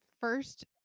first